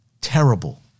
terrible